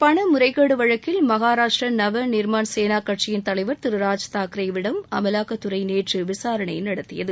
பண முறைகேடு வழக்கில் மகாராஷ்டிர நவநிர்மான் சேனா கட்சியின் தலைவர் திரு ராஜ் தாக்கரேவிடம் அமலாக்கத்துறை நேற்று விசாரணை நடத்தியது